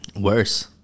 Worse